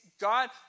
God